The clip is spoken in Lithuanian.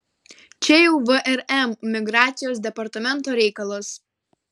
čia jau vrm migracijos departamento reikalas